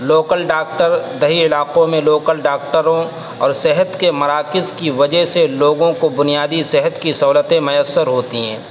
local doctor دیہی علاقوں میں لوکل ڈاکٹروں اور صحت کے مراکز کی وجہ سے لوگوں کو بنیادی صحت کی سہولتیں میسر ہوتی ہیں